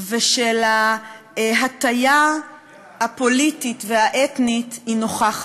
ושל ההטיה הפוליטית והאתנית, זה נוכח.